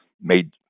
made